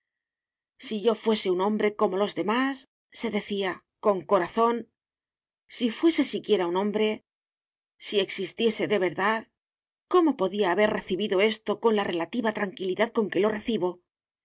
si yo fuese un hombre como los demásse decía con corazón si fuese siquiera un hombre si existiese de verdad cómo podía haber recibido esto con la relativa tranquilidad con que lo recibo y